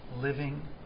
living